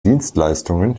dienstleistungen